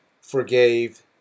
forgave